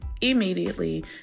immediately